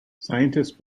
scientists